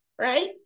right